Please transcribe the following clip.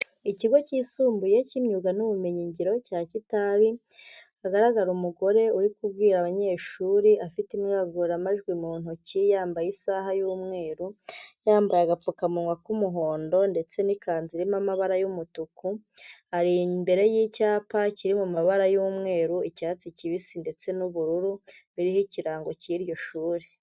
Ikigo cyisumbuye cy'imyuga n'ubumenyingiro cya Kitabi hagaragara umugore uri kubwira abanyeshuri afite indangururamajwi mu ntoki, yambaye isaha y'umweru yambaye agapfukamunwa k'umuhondo ndetse n'ikanzu irimo amabara y'umutuku, ari imbere y'icyapa kiri mu mabara y'umweru icyatsi kibisi ndetse n'ubururu biriho ikirango cy'iryo shuri.